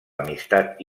amistat